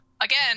Again